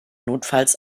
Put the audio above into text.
notfalls